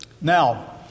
Now